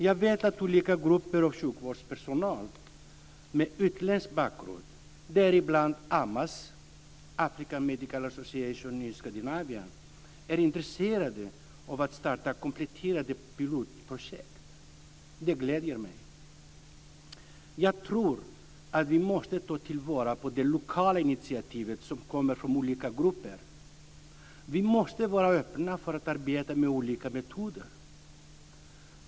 Jag vet att olika grupper av sjukvårdspersonal med utländsk bakgrund, däribland AMAS, African Medical Association in Scandinavia, är intresserade av att starta kompletterande pilotprojekt. Det gläder mig. Jag tror att vi måste ta till vara de lokala initiativ som kommer från olika grupper. Vi måste vara öppna för att arbeta med olika metoder.